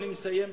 אני מסיים בכך,